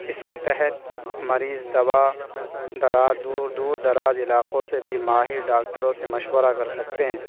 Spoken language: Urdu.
اس کے تحت مریض دوا دور دور دراز علاقوں سے بھی ماہر ڈاکٹروں سے مشورہ کر سکتے ہیں